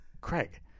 craig